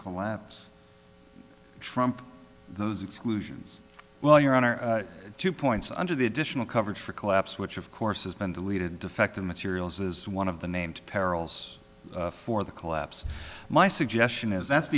collapse trump those exclusions well your honor two points under the additional coverage for collapse which of course has been deleted defective materials as one of the named perils for the collapse my suggestion is that'